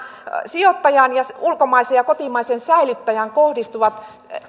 sijoittajaan ja ulkomaiseen ja kotimaiseen säilyttäjään kohdistuvat